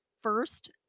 first